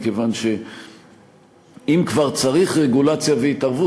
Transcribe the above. מכיוון שאם כבר צריך רגולציה והתערבות,